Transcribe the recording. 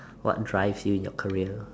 what drives you in your career